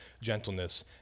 gentleness